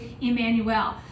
Emmanuel